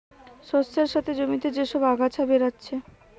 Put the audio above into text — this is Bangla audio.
শস্যের সাথে জমিতে যে সব আগাছা বেরাচ্ছে